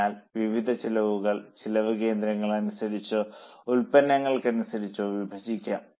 അതിനാൽ വിവിധ ചെലവുകൾ ചെലവ് കേന്ദ്രങ്ങൾ അനുസരിച്ചോ ഉൽപ്പന്നങ്ങൾക്കനുസരിച്ചോ വിഭജിക്കാം